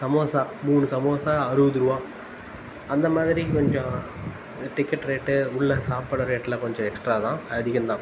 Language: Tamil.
சமோசா மூணு சமோசா அறுபது ருபா அந்த மாதிரி கொஞ்சம் டிக்கெட்டு ரேட்டு உள்ள சாப்புடுற ரேட்டுலாம் கொஞ்சம் எக்ஸ்டரா தான் அதிகம் தான்